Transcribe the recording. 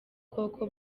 koko